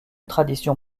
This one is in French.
tradition